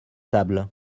tables